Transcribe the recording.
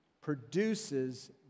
produces